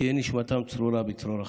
תהיה נשמתם צרורה בצרור החיים.